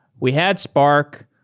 we had spark.